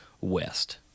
West